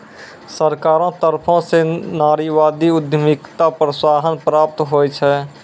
सरकारो तरफो स नारीवादी उद्यमिताक प्रोत्साहन प्राप्त होय छै